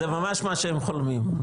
-- זה ממש מה שהם חולמים.